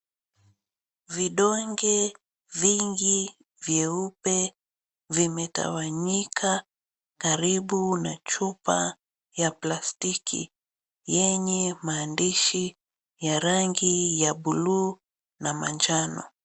Vidonge vingi vyeupe vimetawanyika karibu na chupa ya plastiki yenye maandishi ya rangi ya bluu na manjano.